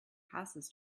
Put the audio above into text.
passes